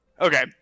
Okay